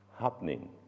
happening